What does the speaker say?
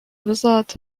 wizard